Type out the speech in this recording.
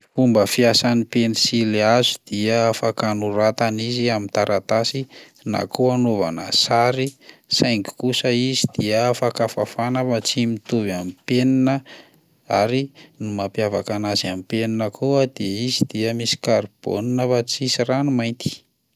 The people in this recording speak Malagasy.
Fomba fiasan'ny pensily hazo dia afaka anoratana izy amin'ny taratasy na koa anaovana sary saingy kosa izy dia afaka fafana fa tsy mitovy amin'ny penina ary ny mampiavaka anazy amin'ny penina koa dia izy dia misy karbaona fa tsisy ranomainty.